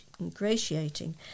ingratiating